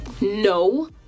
No